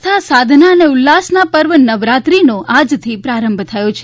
આસ્થા સાધના અને ઉલ્લાસના પર્વ નવરાત્રિનો આજથી પ્રારંભ થયો છે